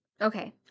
Okay